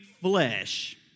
flesh